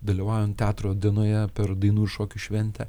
dalyvaujant teatro dienoje per dainų šokių šventę